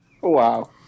Wow